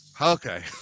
okay